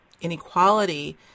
inequality